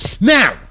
Now